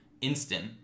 instant